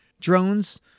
drones